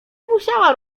musiała